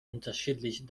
unterschiedlich